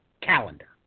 calendar